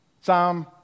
Psalm